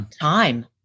Time